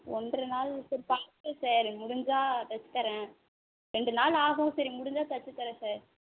ஒன்றரை நாள் சார் பார்க்குறேன் சார் இது முடிஞ்சால் தைச்சுத் தர்றேன் ரெண்டு நாள் ஆகும் சரி முடிஞ்சால் தைச்சுத் தர்றேன் சார்